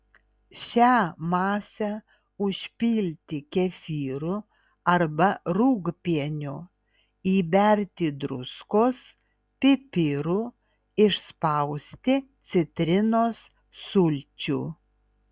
šią masę užpilti kefyru arba rūgpieniu įberti druskos pipirų išspausti citrinos sulčių